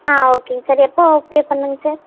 ஆ ஓகேங்க சார் எப்போ பே பண்ணணுங்க சார்